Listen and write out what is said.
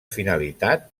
finalitat